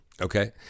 Okay